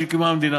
מאז הוקמה המדינה.